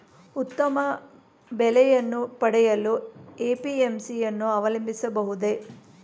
ಉತ್ತಮ ಬೆಲೆಯನ್ನು ಪಡೆಯಲು ಎ.ಪಿ.ಎಂ.ಸಿ ಯನ್ನು ಅವಲಂಬಿಸಬಹುದೇ?